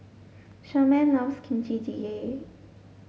Sherman loves Kimchi Jjigae